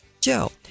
Joe